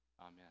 Amen